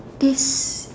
this